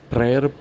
Prayer